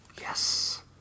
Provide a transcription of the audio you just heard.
Yes